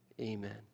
Amen